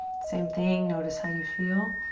same thing. notice how you feel.